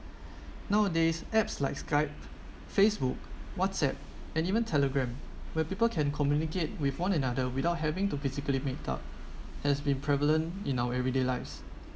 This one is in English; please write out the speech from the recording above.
nowadays apps like skype facebook whatsapp and even telegram where people can communicate with one another without having to physically meet up has been prevalent in our everyday lives